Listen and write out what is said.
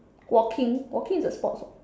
walking walking is a sports [what]